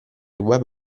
web